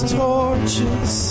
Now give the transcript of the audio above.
torches